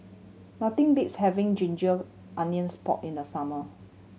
nothing beats having ginger onions pork in the summer